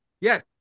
yes